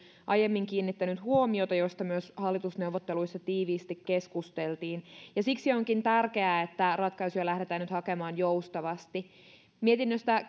aiemmin kiinnittänyt huomiota mistä myös hallitusneuvotteluissa tiiviisti keskusteltiin ja siksi onkin tärkeää että ratkaisuja lähdetään nyt hakemaan joustavasti mietinnöstä